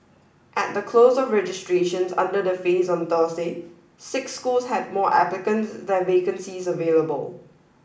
at the close of registrations under the phase on Tuesday six schools had more applicants than vacancies available